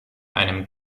einem